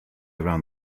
around